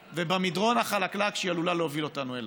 ובמדרון החלקלק שהיא עלולה להוביל אותנו אליו.